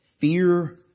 fear